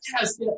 yes